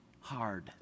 hard